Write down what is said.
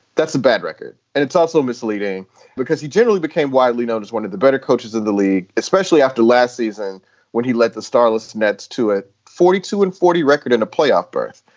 that's a bad record. and it's also misleading because he generally became widely known as one of the better coaches in the league, especially after last season when he led the starless nets to at forty two and forty record in a playoff berth.